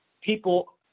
people